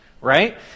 right